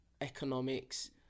economics